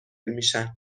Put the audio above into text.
میشن